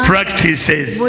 Practices